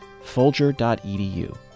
folger.edu